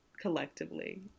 collectively